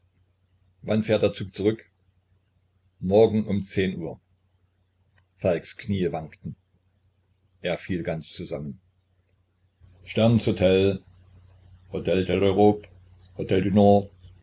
wann fährt der zug zurück morgen um zehn uhr falks knie wankten er fiel ganz zusammen sterns hotel